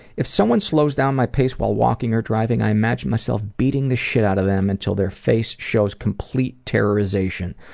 if someone slows down my pace while walking or driving, i imagine myself beating the shit out of them until the face shows complete terrorisation.